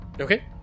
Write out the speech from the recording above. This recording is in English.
Okay